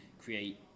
create